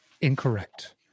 Incorrect